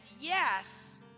yes